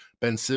Ben